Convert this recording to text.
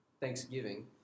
Thanksgiving